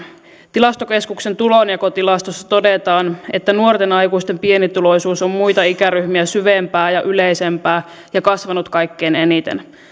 tilastokeskuksen tulonjakotilastossa todetaan että nuorten aikuisten pienituloisuus on muita ikäryhmiä syvempää ja yleisempää ja kasvanut kaikkein eniten